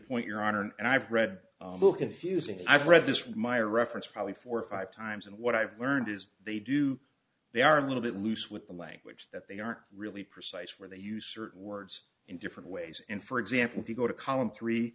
point your honor and i've read confusing and i've read this with my reference probably four or five times and what i've learned is that they do they are a little bit loose with the language that they aren't really precise where they use certain words in different ways and for example if you go to column three